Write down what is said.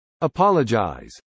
apologize